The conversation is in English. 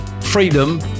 freedom